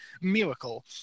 miracle